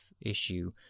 issue